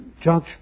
judge